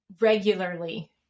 regularly